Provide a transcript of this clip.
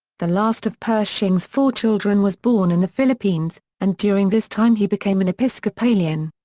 the last of pershing's four children was born in the philippines, and during this time he became an episcopalian.